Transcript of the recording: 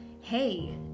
Hey